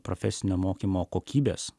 profesinio mokymo kokybės